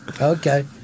Okay